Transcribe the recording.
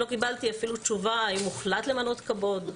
לא קיבלתי אפילו תשובה האם הוחלט למנות קבו"ד,